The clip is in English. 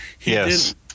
Yes